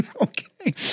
Okay